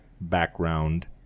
background